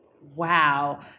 Wow